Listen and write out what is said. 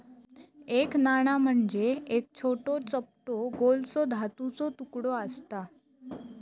एक नाणा म्हणजे एक छोटो, चपटो गोलसो धातूचो तुकडो आसता